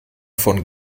von